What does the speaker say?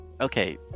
Okay